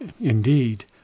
Indeed